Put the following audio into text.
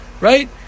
right